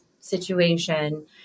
situation